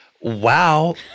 wow